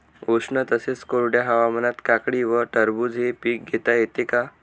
उष्ण तसेच कोरड्या हवामानात काकडी व टरबूज हे पीक घेता येते का?